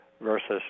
versus